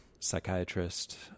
psychiatrist